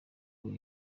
ngo